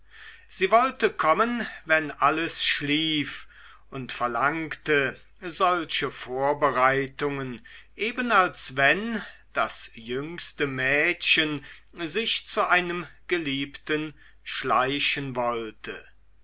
sie wollte kommen wenn alles schlief und verlangte solche vorbereitungen eben als wenn das jüngste mädchen sich zu einem geliebten schleichen wollte